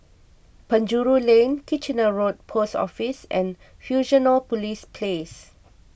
Penjuru Lane Kitchener Road Post Office and Fusionopolis Place